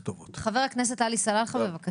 חבר הכנסת עלי סלאלחה, בבקשה.